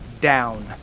down